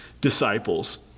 disciples